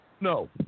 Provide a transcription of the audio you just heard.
No